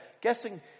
Guessing